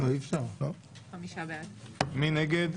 מי נגד?